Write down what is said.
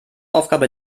aufgabe